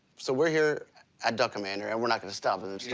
so we're here at duck commander, and we're not gonna stop in the